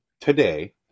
Today